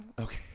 Okay